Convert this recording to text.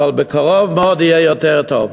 אבל בקרוב מאוד יהיה טוב יותר.